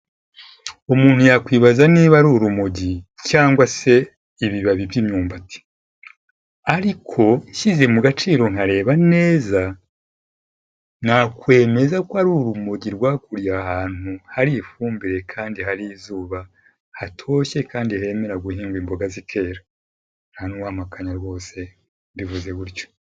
Umuntu yakwibaza niba ari urumogi cyangwa se ibibabi by'imyumbati, ariko nshyize mu gaciro nkareba neza nakwemeza ko ari urumogi rwakuriye ahantu hari ifumbire kandi hari izuba hatoshye kandi hemera guhingwa imboga zikera, ntanuwampakanya rwose mbivuze gutyo.